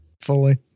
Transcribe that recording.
fully